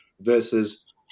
versus